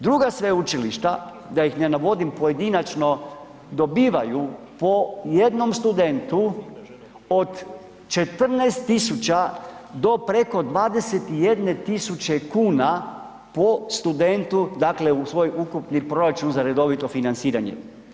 Druga sveučilišta, da ih ne navodim pojedinačno dobivaju po jednom studentu od 14 tisuća do preko 21 tisuće kuna po studentu dakle u svoj ukupni proračun za redovito financiranje.